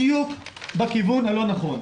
בדיוק בכיוון הלא נכון.